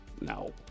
No